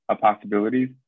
possibilities